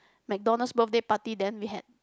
McDonald's birthday party then we had